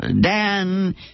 Dan